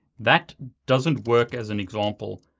that doesn't work, as an example,